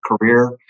career